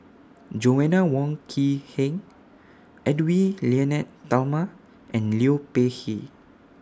Joanna Wong Quee Heng Edwy Lyonet Talma and Liu Peihe